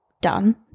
done